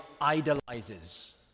idolizes